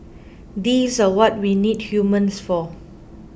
these are what we need humans for